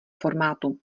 formátu